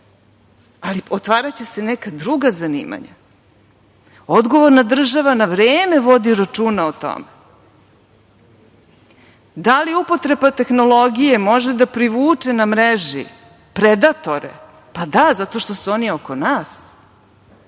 Ali, otvaraće se neka druga zanimanja. Odgovorna država na vreme vodi računa o tome. Da li upotreba tehnologije može da privuče na mreži predatore? Pa, da, zato što su oni oko nas.